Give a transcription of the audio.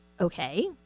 okay